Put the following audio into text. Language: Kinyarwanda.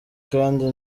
kandi